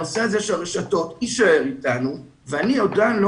הנושא הזה של הרשתות יישאר אתנו ואני עדיין לא